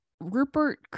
Rupert